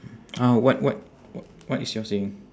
uh what what w~ what is your saying